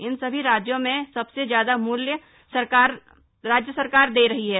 इन सभी राज्यों में सबसे ज्यादा मूल्य राज्य सरकार दे रही है